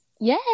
Yay